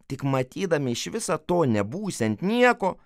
tik matydami iš viso to nebūsiant nieko